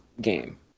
game